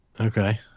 Okay